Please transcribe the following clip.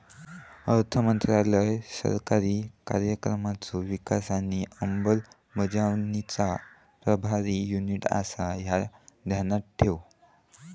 अर्थमंत्रालय सरकारी कार्यक्रमांचो विकास आणि अंमलबजावणीचा प्रभारी युनिट आसा, ह्या ध्यानात ठेव